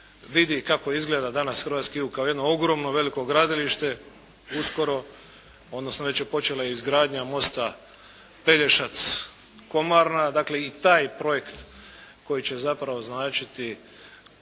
vidi kako izgleda danas hrvatski jug kao jedno ogromno veliko gradilište uskoro, odnosno već je počela izgradnja mosta Pelješac-Komarna, dakle i taj projekt koji će zapravo značiti